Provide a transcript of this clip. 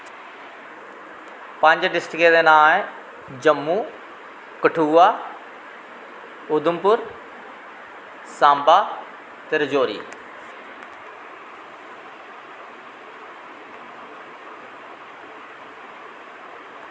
पंज डिस्टकें दे नांऽ ऐं जम्मू कठुआ उधमपुर सांबा ते राजौरी